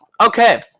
Okay